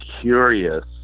curious